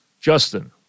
Justin